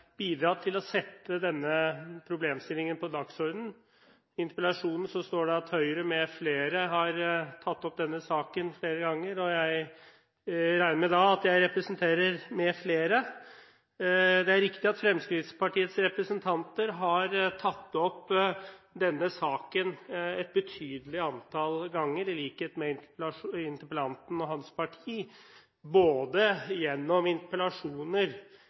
tatt opp denne saken flere ganger, og jeg regner med at jeg representerer «med flere». Det er riktig at Fremskrittspartiets representanter har tatt opp denne saken et betydelig antall ganger, i likhet med interpellanten og hans parti – både gjennom interpellasjoner,